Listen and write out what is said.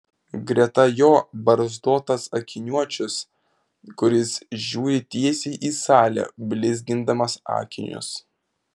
greta jo barzdotas akiniuočius kuris žiūri tiesiai į salę blizgindamas akinius